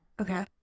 Okay